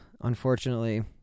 unfortunately